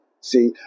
See